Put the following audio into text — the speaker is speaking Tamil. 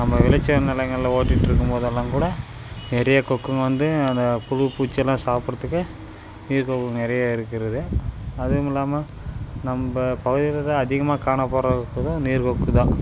நம்ம விளைச்சல் நிலங்களில் ஓட்டிட்ருக்கும் போதெல்லாம் கூட நிறைய கொக்குங்க வந்து அந்த புழு பூச்செல்லாம் சாப்பிடுறதுக்கு நீர் கொக்கு நிறைய இருக்கிறது அதுவுமில்லாமல் நம்ம பகுதிலேருந்து அதிகமாக காணாப் போகிற நீர் கொக்கு தான்